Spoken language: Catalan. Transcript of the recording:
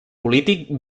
polític